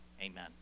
Amen